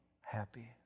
happy